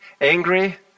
angry